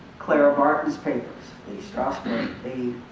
clara barton's papers, lee strasberg the